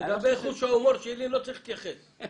לגבי חוש ההומור שלי, לא צריך להתייחס...